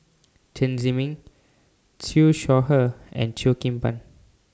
Chen Zhiming Siew Shaw Her and Cheo Kim Ban